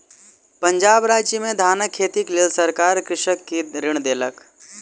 पंजाब राज्य में धानक खेतीक लेल सरकार कृषक के ऋण देलक